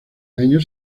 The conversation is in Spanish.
año